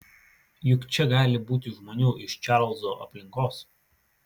juk čia gali būti žmonių iš čarlzo aplinkos